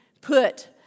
put